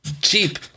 Cheap